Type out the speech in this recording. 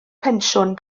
pensiwn